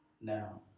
now